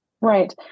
Right